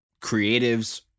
creatives